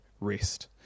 rest